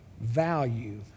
value